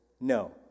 no